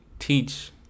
Teach